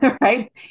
Right